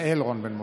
יעל רון בן משה.